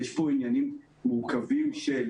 יש פה עניינים מורכבים של